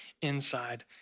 inside